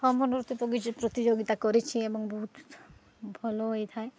ହଁ ନୃତ୍ୟ ଗିଚ ପ୍ରତିଯୋଗିତା କରିଛି ଏବଂ ବହୁତ ଭଲ ହୋଇଥାଏ